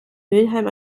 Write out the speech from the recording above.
mülheim